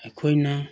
ꯑꯩꯈꯣꯏꯅ